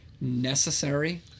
necessary